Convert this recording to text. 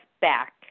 back